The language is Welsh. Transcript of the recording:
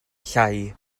llai